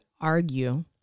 argue